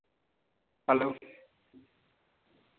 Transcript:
hello